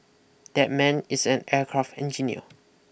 that man is an aircraft engineer